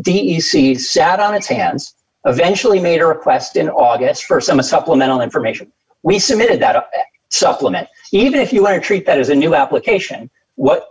d c sat on its hands of eventually made a request in august for some a supplemental information we submitted that a supplement even if you want to treat that is a new application what